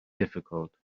difficult